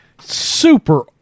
super